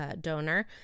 donor